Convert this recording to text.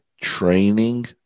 training